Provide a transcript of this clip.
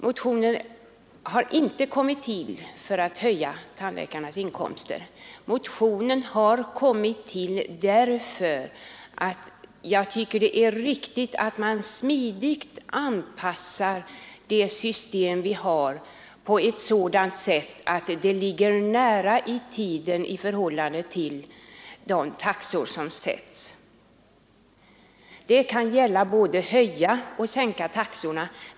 Motionen har inte kommit till för att höja tandläkarnas inkomster — motionen har väckts därför att jag tycker det är riktigt att man smidigt anpassar det system vi har på ett sådant sätt att det ligger nära i tiden i förhållande till de taxor som sätts. Det kan gälla både att höja och att sänka taxorna.